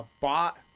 bought